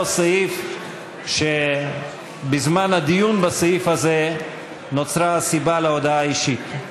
סעיף שבזמן הדיון בו נוצרה הסיבה להודעה האישית.